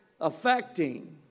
affecting